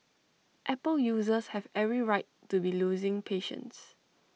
Apple users have every right to be losing patience